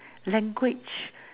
language